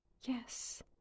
Yes